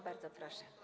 Bardzo proszę.